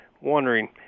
wondering